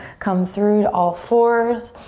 come through to all fours.